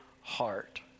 heart